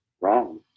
wrong